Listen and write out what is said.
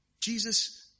Jesus